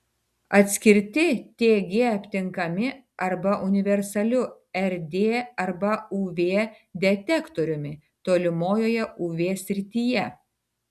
atskirti tg aptinkami arba universaliu rd arba uv detektoriumi tolimojoje uv srityje